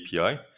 API